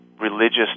religious